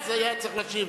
אז הוא היה צריך להשיב.